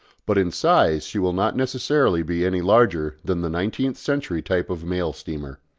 but in size she will not necessarily be any larger than the nineteenth century type of mail steamer.